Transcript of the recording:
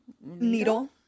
needle